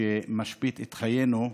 שמשבית את חיינו,